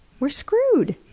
we're screwed!